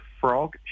Frog